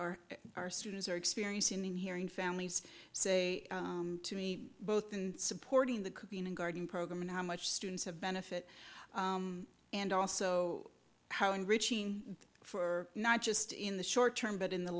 are our students are experiencing hearing families say to me both in supporting the cooking and garden program and how much students have benefit and also how enriching for not just in the short term but in the